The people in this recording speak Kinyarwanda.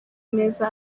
neza